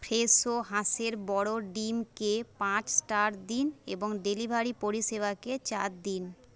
Fresho হাঁসের বড় ডিমকে পাঁচ স্টার দিন এবং ডেলিভারি পরিষেবাকে চার দিন